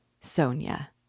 Sonia